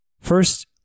first